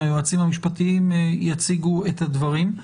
היועצים המשפטיים יציגו את הדברים.